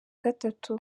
gatatu